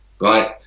right